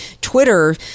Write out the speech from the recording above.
Twitter